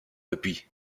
depuis